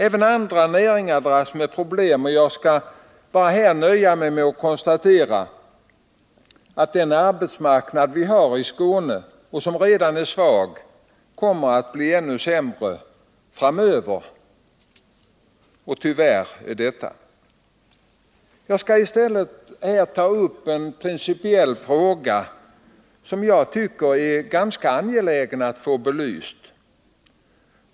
Även andra näringar dras med problem, men jag skall nöja mig med att konstatera att arbetsmarknaden i Skåne, som redan är svag, kommer att bli ännu sämre framöver — tyvärr. Jag skall i stället här ta upp en principiell fråga som jag tycker det är ganska angeläget att få belyst.